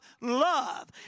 love